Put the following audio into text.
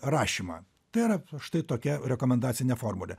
rašymą tai yra štai tokia rekomendacinė formulė